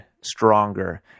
stronger